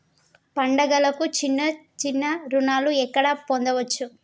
పండుగలకు చిన్న చిన్న రుణాలు ఎక్కడ పొందచ్చు?